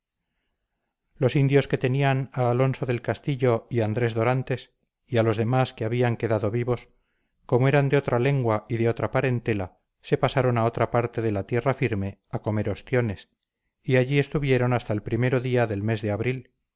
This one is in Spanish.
los indios que tenían a alonso del castillo y andrés dorantes y a los demás que habían quedado vivos como eran de otra lengua y de otra parentela se pasaron a otra parte de la tierra firme a comer ostiones y allí estuvieron hasta el primero día del mes de abril